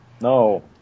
No